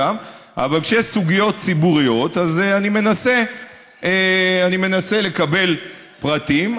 אבל כשיש סוגיות ציבוריות אני מנסה לקבל פרטים,